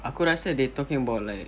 aku rasa they talking about like